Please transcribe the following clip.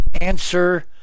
answer